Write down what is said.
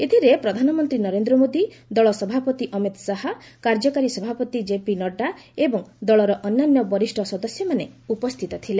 ଏଥିରେ ପ୍ରଧାନମନ୍ତ୍ରୀ ନରେନ୍ଦ୍ର ମୋଦି ଦଳ ସଭାପତି ଅମିତ୍ ଶାହା କାର୍ଯ୍ୟକାରୀ ସଭାପତି ଜେପି ନଡ୍ରା ଏବଂ ଦଳର ଅନ୍ୟାନ୍ୟ ବରିଷ୍ଣ ସଦସ୍ୟମାନେ ଉପସ୍ଥିତ ଥିଲେ